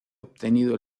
obtenido